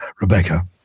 Rebecca